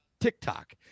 tiktok